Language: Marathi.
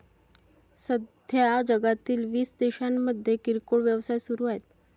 सध्या जगातील वीस देशांमध्ये किरकोळ व्यवसाय सुरू आहेत